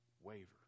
waver